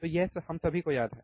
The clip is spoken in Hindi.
तो यह हम सभी को याद है